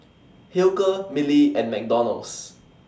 Hilker Mili and McDonald's